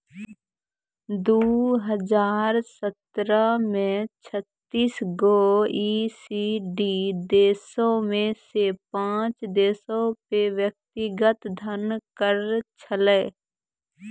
दु हजार सत्रह मे छत्तीस गो ई.सी.डी देशो मे से पांच देशो पे व्यक्तिगत धन कर छलै